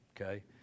Okay